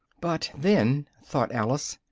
but then, thought alice,